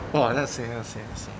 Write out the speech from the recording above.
!wah! !wahseh! !wahseh! !wahseh!